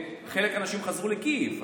חלק מהאנשים חזרו לקייב,